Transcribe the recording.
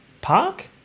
Park